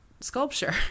sculpture